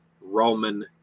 roman